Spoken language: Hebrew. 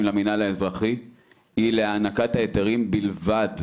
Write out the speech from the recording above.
למינהל האזרחי היא להענקת ההיתרים בלבד,